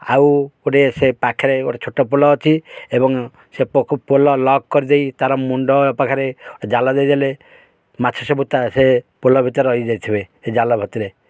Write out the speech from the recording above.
ଆଉ ଗୋଟେ ସେ ପାଖରେ ଗୋଟେ ଛୋଟ ପୋଲ ଅଛି ଏବଂ ସେ ପୋଲ ଲକ୍ କରିଦେଇ ତାର ମୁଣ୍ଡ ପାଖରେ ଜାଲ ଦେଇଦେଲେ ମାଛ ସବୁ ତା ସେ ପୁଲ ଭିତରେ ରହିଯାଇଥିବେ ଜାଲ ଭିତରେ